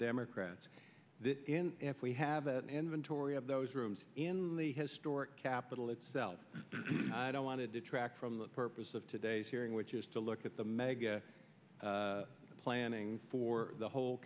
democrats we have an inventory of those rooms in the historic capitol itself i don't want to detract from the purpose of today's hearing which is to look at the mega the planning for the whole